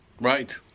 Right